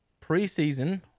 preseason –